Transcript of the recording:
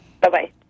Bye-bye